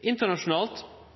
Internasjonalt er det kommersielle organisasjonar som står bak – ikkje idrettsorganisasjonar. Det er mykje kommersielle omsyn i